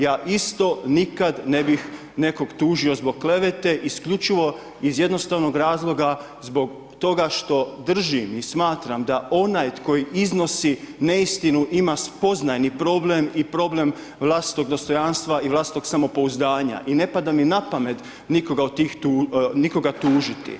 Ja isto nikad ne bih nekog tužio zbog klevete isključivo iz jednostavnog razloga zbog toga što držim i smatram da onaj koji iznosi neistinu ima spoznajni problem i problem vlastitog dostojanstva i vlastitog samopouzdanja i ne pada mi na pamet nikoga tužiti.